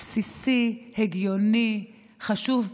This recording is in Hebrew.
בסיסי, הגיוני, חשוב,